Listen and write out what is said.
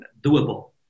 doable